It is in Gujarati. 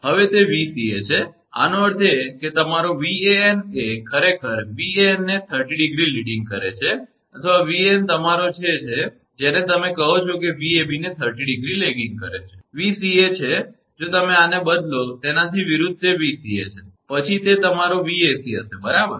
હવે તે 𝑉𝑐𝑎 છે આનો અર્થ એ કે તમારો 𝑉𝑎𝑏 એ ખરેખર 𝑉𝑎𝑛 ને 30° આગળ લીડીંગ કરે છે અથવા 𝑉𝑎𝑛 એ તમારો છે જેને તમે કહો છો એ 𝑉𝑎𝑏 ને 30° laggingપાછળ લેગીંગ કરે છે અને આ 𝑉𝑐𝑎 છે જો તમે આને બદલો તેનાથી વિરુદ્ધ તે 𝑉𝑐𝑎 છે પછી તે તમારો 𝑉𝑎𝑐 હશે બરાબર